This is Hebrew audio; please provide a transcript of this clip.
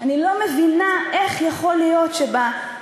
אני לא מבינה איך יכול להיות שבמקומות